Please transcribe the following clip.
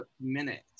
minute